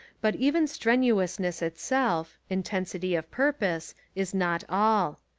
but even strenuousness itself, in tensity of purpose, is not all.